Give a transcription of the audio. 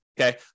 Okay